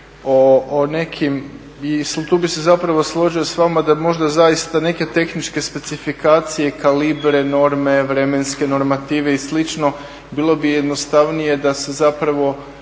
o nekim i tu bih se zapravo složio s vama da možda zaista neke tehničke specifikacije, kalibre, norme vremenske normative i slično bilo bi jednostavnije da se zapravo